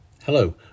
Hello